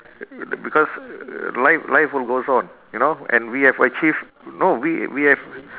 b~ because life life will goes on you know and we have achieve no we we have